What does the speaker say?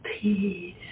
peace